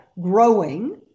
growing